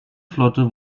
flotte